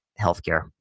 healthcare